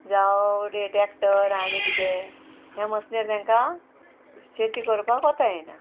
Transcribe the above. जावट tractor आनी कितें हे मसनीर तांकां शेती करपाक कोता येना